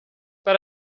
but